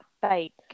fake